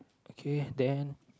okay then